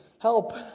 help